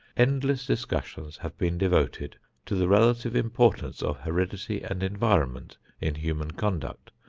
endless discussions have been devoted to the relative importance of heredity and environment in human conduct.